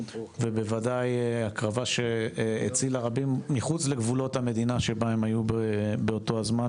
ובוודאי הקרבה שהצילה רבים מחוץ לגבולות המדינה שבה הם היו באותו הזמן,